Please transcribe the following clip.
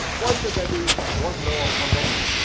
why should there be one law for men,